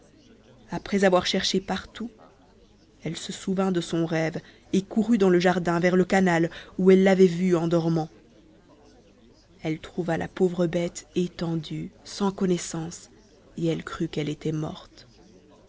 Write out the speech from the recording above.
après avoir cherché par-tout elle se souvint de son rêve et courut dans le jardin vers le canal où elle l'avait vue en dormant elle trouva la pauvre bête étendue sans connaissance et elle crut qu'elle était morte